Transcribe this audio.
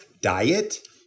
diet